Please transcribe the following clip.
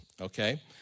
okay